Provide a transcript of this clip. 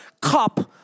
cup